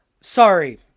Sorry